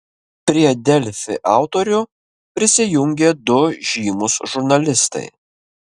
prie delfi autorių prisijungė du žymūs žurnalistai